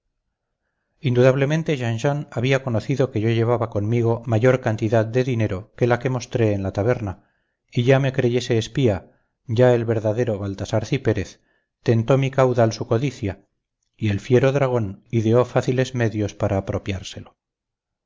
indudablemente jean jean había conocido que yo llevaba conmigo mayor cantidad de dinero que la que mostré en la taberna y ya me creyese espía ya el verdadero baltasar cipérez tentó mi caudal su codicia y el fiero dragón ideó fáciles medios para apropiárselo